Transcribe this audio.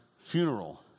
funeral